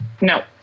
No